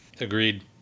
Agreed